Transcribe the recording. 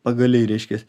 pagaliai reiškias